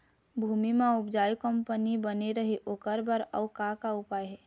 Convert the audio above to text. भूमि म उपजाऊ कंपनी बने रहे ओकर बर अउ का का उपाय हे?